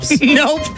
Nope